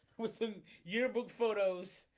with some yearbook photos